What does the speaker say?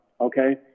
okay